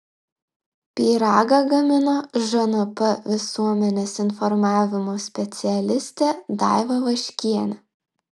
pyragą gamino žnp visuomenės informavimo specialistė daiva vaškienė